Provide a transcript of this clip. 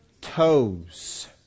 toes